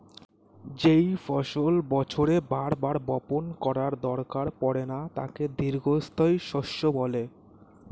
যেই ফসল বছরে বার বার বপণ করার দরকার পড়ে না তাকে দীর্ঘস্থায়ী শস্য বলে